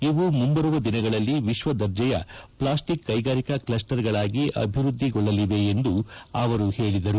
ಇವು ಮುಂಬರುವ ದಿನಗಳಲ್ಲಿ ವಿಶ್ವ ದರ್ಜೆಯ ಪ್ಲಾಸ್ಸಿಕ್ ಕ್ಲೆಗಾರಿಕಾ ಕ್ಲಸ್ಟರ್ಗಳಾಗಿ ಅಭಿವೃದ್ದಿಗೊಳ್ಳಲಿವೆ ಎಂದು ಹೇಳಿದ್ದಾರೆ